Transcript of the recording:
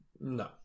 No